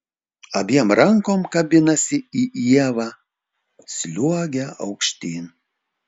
abiem rankom kabinasi į ievą sliuogia aukštyn